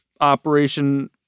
Operation